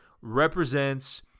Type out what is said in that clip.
represents